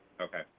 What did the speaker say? Okay